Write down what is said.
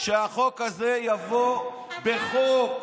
שהחוק הזה יבוא בחוק.